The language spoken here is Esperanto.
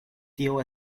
tio